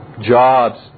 jobs